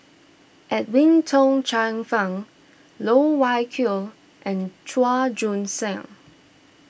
Edwin Tong Chun Fai Loh Wai Kiew and Chua Joon Siang